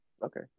Okay